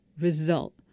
result